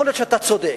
יכול להיות שאתה צודק,